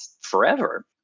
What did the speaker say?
forever